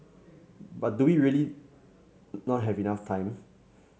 but do we really not have enough time